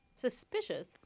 Suspicious